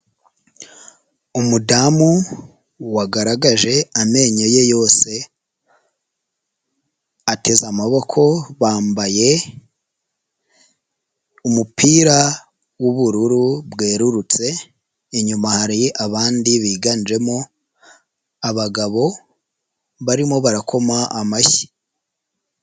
Umudamu wagaragaje amenyo ye yose, ateze amaboko bambaye umupira w'ubururu bwerurutse inyuma hari abandi biganjemo abagabo barimo barakoma amashyi.